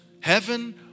heaven